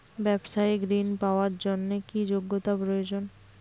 ব্যবসায়িক ঋণ পাওয়ার জন্যে কি যোগ্যতা প্রয়োজন?